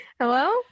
Hello